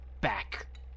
back